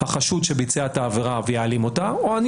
החשוד שביצע את העבירה והעלים אותה או אני